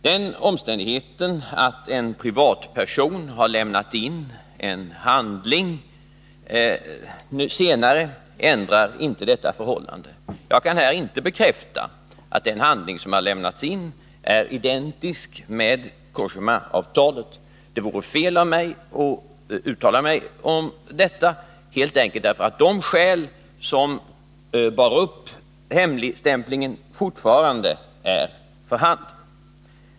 Den omständigheten att en privatperson Om förvaring och har lämnat in en handling senare ändrar inte detta förhållande. Jag kan inte upparbetning av bekräfta att den handling som lämnats in är identisk med Cogémaavtalet. kärnkraftsavfall, Det vore fel av mig att uttala mig om detta, helt enkelt därför att de skäl som bar upp hemligstämplingen fortfarande är för handen.